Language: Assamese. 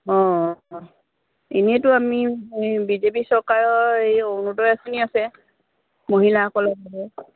অঁ এনেইেতো আমি বি জে পি চৰকাৰৰ এই অৰুণোদয় আঁচনি আছে মহিলাসকলৰ